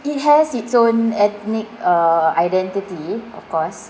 it has its own ethnic uh identity of course